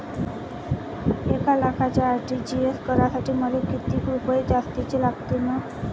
एक लाखाचे आर.टी.जी.एस करासाठी मले कितीक रुपये जास्तीचे लागतीनं?